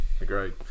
agreed